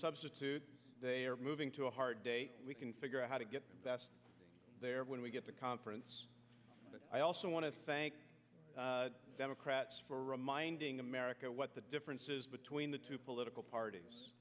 substitute they are moving to a hard day we can figure out how to get the best there when we get to conference but i also want to thank democrats for reminding america what the difference is between the two political parties